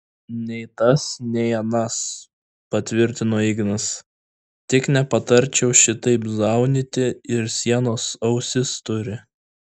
nei tas nei anas patvirtino ignas tik nepatarčiau šitaip zaunyti ir sienos ausis turi